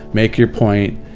make your point,